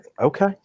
okay